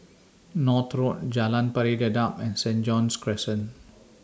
North Road Jalan Pari Dedap and Saint John's Crescent